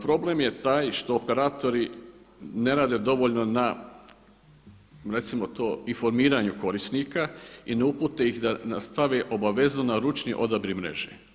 Problem je taj što operatori ne rade dovoljno na recimo to informiranju korisnika i ne upute ih da stave obavezno na ručni odabir mreže.